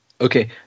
Okay